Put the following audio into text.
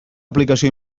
aplicació